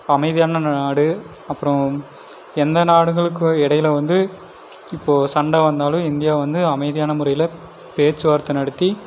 அமைதியான நாடு அப்புறோம் எந்த நாடுகளுக்கும் இடையில வந்து இப்போது சண்டை வந்தாலும் இந்தியா வந்து அமைதியான முறையில் பேச்சு வார்த்தை நடத்தி